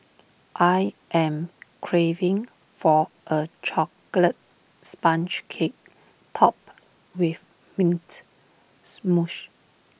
I am craving for A Chocolate Sponge Cake Topped with Mint Mousse